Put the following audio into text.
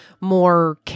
more